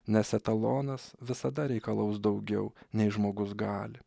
nes etalonas visada reikalaus daugiau nei žmogus gali